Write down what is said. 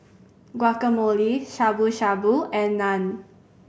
Guacamole Shabu Shabu and Naan